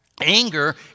anger